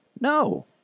No